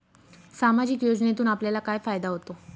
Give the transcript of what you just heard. सामाजिक योजनेतून आपल्याला काय फायदा होतो?